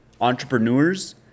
Entrepreneurs